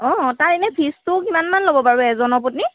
অঁ তাৰ এনে ফিজটো কিমান মান ল'ব বাৰু এজনৰ প্ৰতি